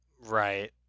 right